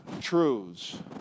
truths